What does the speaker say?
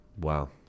Wow